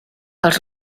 els